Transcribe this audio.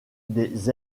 des